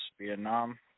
Vietnam